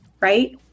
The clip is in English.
right